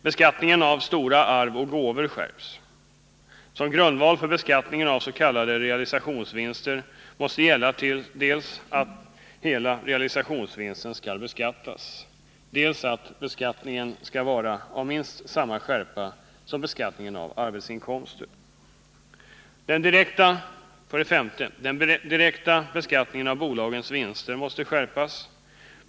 Beskattningen av stora arv och gåvor skärps. Som grundval för beskattningen av s.k. realisationsvinster måste gälla dels att hela realisationsvinsten skall beskattas, dels att beskattningen skall vara av minst samma skärpa som beskattningen av arbetsinkomster. 5. Den direkta beskattningen av bolagens vinster måste skärpas.